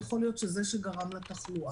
יכול להיות שזה מה שגרם לתחלואה.